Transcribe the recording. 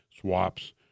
swaps